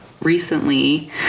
Recently